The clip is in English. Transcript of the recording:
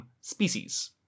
species